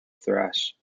thrash